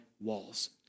walls